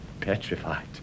petrified